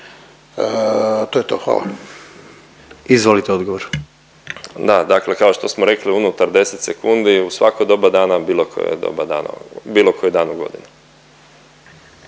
odgovor. **Zoričić, Davor** Da, dakle kao što smo rekli unutar 10 sekundi u svako doba dana, u bilo koje doba dana, bilo koji dan u godini.